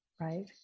Right